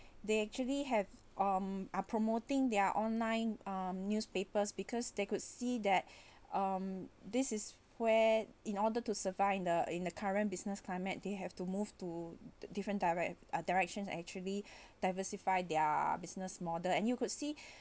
they actually have um are promoting their online um newspapers because they could see that um this is where in order to survive in the in the current business climate they have to move to different direct or directions actually diversify their business model and you could see